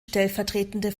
stellvertretende